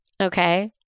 Okay